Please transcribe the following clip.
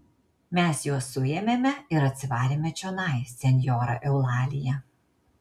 mes juos suėmėme ir atsivarėme čionai senjora eulalija